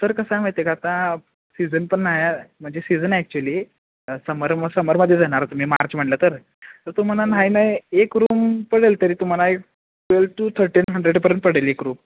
sir कसं आहे माहीत आहे का आता सीजन पण नाही आहे म्हणजे सीझन ॲक्च्युली समर म समरमध्ये जाणार तुम्ही मार्च म्हणलं तर तुम्हाला नाही नाही एक रूम पडेल तरी तुम्हाला एक ट्वेल्व टू थर्टीन हंड्रेडपर्यंत पडेल एक रूम